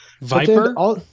Viper